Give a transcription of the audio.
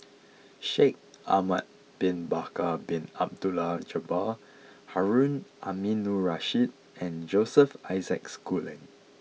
Shaikh Ahmad bin Bakar Bin Abdullah Jabbar Harun Aminurrashid and Joseph Isaac Schooling